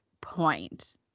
point